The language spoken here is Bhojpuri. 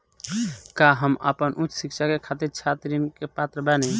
का हम आपन उच्च शिक्षा के खातिर छात्र ऋण के पात्र बानी?